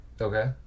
Okay